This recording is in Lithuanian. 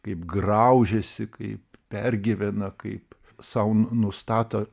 kaip graužėsi kaip pergyvena kaip sau nustato